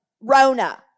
Rona